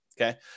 okay